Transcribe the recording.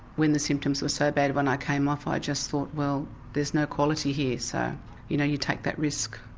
when the symptoms were so bad, when i came off, i just though well, there's no quality here. so you know you take that risk.